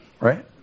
right